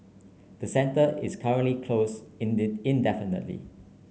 the centre is currently closed indefinitely